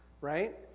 right